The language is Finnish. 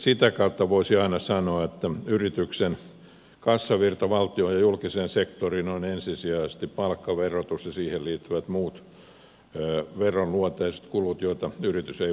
sitä kautta voisi aina sanoa että yrityksen kassavirta valtion ja julkisen sektorin on ensisijaisesti palkkaverotus ja siihen liittyvät muut veronluonteiset kulut joita yritys ei voi välttää